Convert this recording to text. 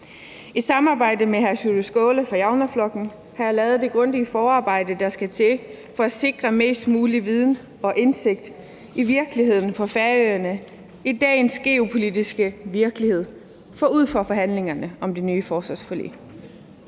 I samarbejde med Sjúrður Skaale fra Javnaðarflokkurin har jeg lavet det grundige forarbejde, der skal til for at sikre mest mulig viden og indsigt i virkeligheden på Færøerne i dagens geopolitiske virkelighed forud for forhandlingerne om det nye forsvarsforlig.